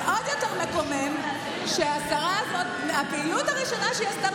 אבל עוד יותר מקומם שהפעילות הראשונה שהיא עשתה